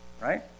right